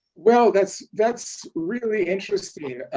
well, that's that's really interesting.